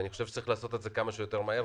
ואני חושב שצריך לעשות את זה כמה שיותר מהר,